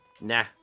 nah